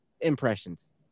impressions